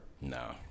No